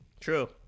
True